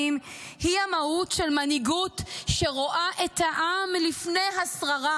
היא המהות של מנהיגות שרואה את העם לפני השררה,